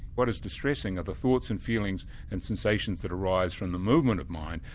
what is distressing are the thoughts and feelings and sensations that arise from the movement of mind.